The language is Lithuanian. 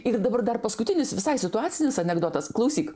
ir dabar dar paskutinis visai situacinis anekdotas klausyk